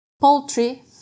poultry